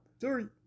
Sorry